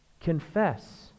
confess